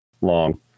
long